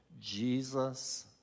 jesus